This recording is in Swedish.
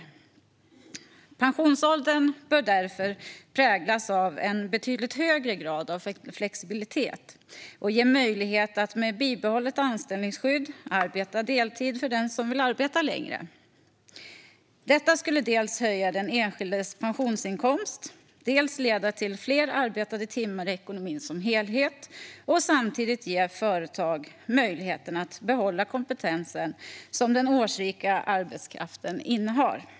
Pensionsåldern bör därför präglas av en betydligt högre grad av flexibilitet, och det bör finnas möjlighet att med bibehållet anställningsskydd arbeta deltid för den som vill arbeta längre. Detta skulle dels höja den enskildes pensionsinkomst, dels leda till fler arbetade timmar i ekonomin som helhet och samtidigt ge företag möjligheten att behålla den kompetens som den årsrika arbetskraften innehar.